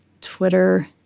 Twitter